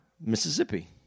Mississippi